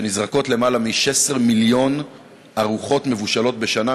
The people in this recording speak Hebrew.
שנזרקות למעלה מ-16 מיליון ארוחות מבושלות בשנה,